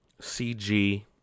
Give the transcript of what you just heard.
CG